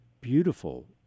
beautiful